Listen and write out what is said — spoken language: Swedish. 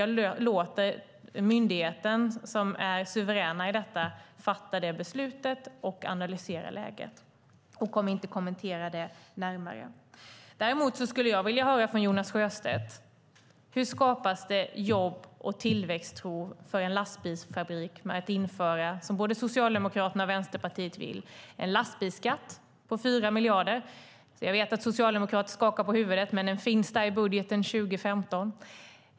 Jag låter myndigheten suveränt fatta det beslutet och analysera läget, så jag tänker inte närmare kommentera detta. Däremot skulle jag vilja fråga Jonas Sjöstedt: Hur skapas det för en lastbilsfabrik jobb och tillväxttro om man - som både Socialdemokraterna och Vänsterpartiet vill - inför en lastbilsskatt på 4 miljarder? Jag ser att en socialdemokrat skakar på huvudet, men förslaget finns där i er budget för 2015.